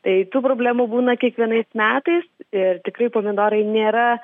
tai tų problemų būna kiekvienais metais ir tikrai pomidorai nėra